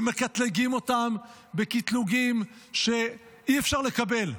ומקטלגים אותן בקטלוגים שאי-אפשר לקבל.